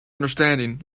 understanding